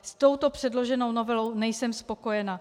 S touto předloženou novelou nejsem spokojena.